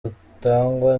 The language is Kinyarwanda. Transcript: butangwa